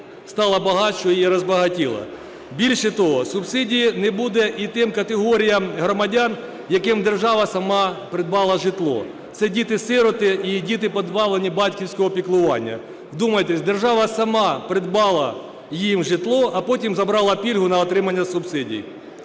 стала багатшою і розбагатіла. Більше того, субсидії не буде і тим категоріям громадян, яким держава сама придбала житло. Це діти-сироти і діти, позбавлені батьківського піклування. Вдумайтесь, держава сама придбала їм житло, а потім забрала пільгу на отримання субсидій.